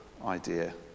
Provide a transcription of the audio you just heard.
idea